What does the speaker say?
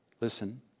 Listen